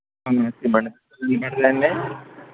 not clear